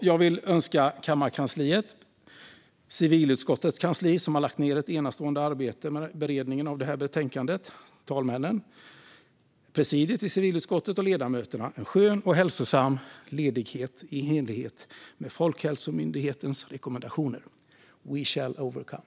Jag vill önska kammarkansliet, civilutskottets kansli, som har lagt ned ett enastående arbete på beredningen av detta betänkande, talmännen, presidiet i civilutskottet och ledamöterna en skön och hälsosam ledighet i enlighet med Folkhälsomyndighetens rekommendationer. We shall overcome.